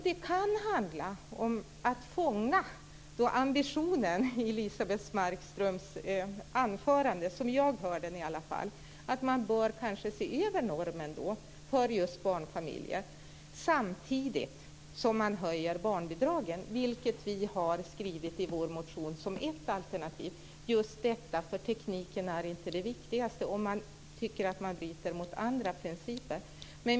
Det kan handla om att fånga ambitionen i Elisebeht Markströms anförande, som jag hör den i alla fall, att man kanske bör se över normen för barnfamiljer samtidigt som man höjer barnbidragen, vilket vi har tagit upp som ett alternativ i vår motion. Tekniken är inte det viktigaste om man tycker att man bryter mot andra principer.